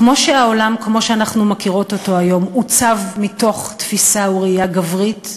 כמו שהעולם כמו שאנחנו מכירות אותו היום עוצב מתוך תפיסה וראייה גברית,